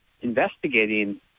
investigating